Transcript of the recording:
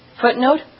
Footnote